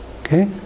okay